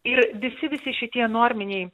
ir visi visi šitie norminiai